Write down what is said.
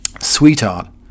Sweetheart